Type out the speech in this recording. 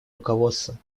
руководством